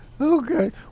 Okay